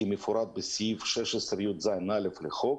כמפורט בסעיף 16יז(א) לחוק.